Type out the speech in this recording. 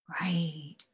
right